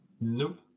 nope